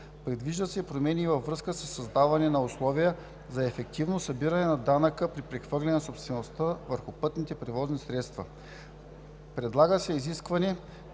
Предвиждат се промени и във връзка със създаване на условия за ефективно събиране на данъка при прехвърляне на собствеността върху пътните превозни средства. Предлага се изискване